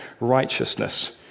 righteousness